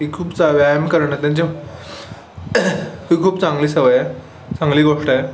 ही खूप चा व्यायाम करणं त्यांचे ही खूप चांगली सवय आहे चांगली गोष्ट आहे